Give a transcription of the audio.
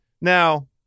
Now